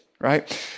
right